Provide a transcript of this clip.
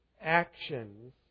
actions